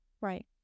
right